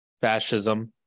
fascism